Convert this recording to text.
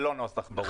זה לא נוסח ברור.